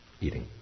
eating